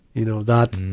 you know, that,